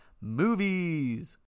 Movies